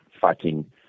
fighting